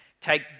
Take